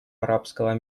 арабского